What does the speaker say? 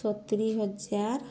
ସତୁରୀ ହଜାର